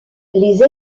les